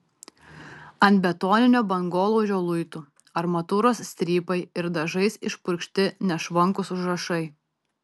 ant betoninio bangolaužio luitų armatūros strypai ir dažais išpurkšti nešvankūs užrašai